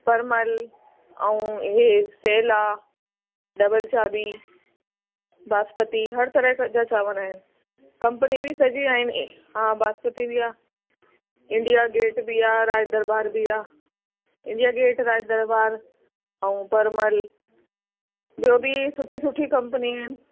परमल ऐं हे सेल आहे डबल चाबी बासमती हर तरीक़े जा चांवर आहिनि कंपनी बि सॼी आहिनि हा बासमती बि आहे इंडिया गेट बि आहे राज दरबारि बि आहे इंडिया गेट राजदरबार ऐं परमल ॿियो बि सुठी सुठी कंपनी आहिनि